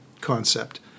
concept